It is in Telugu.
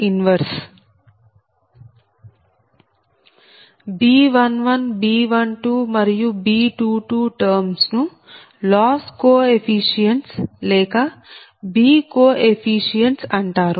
B11B12 మరియు B22 టర్మ్స్ ను లాస్ కోఎఫీషియెంట్స్ లేక B కోఎఫీషియెంట్స్ అంటారు